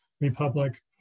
Republic